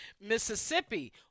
Mississippi